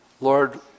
lord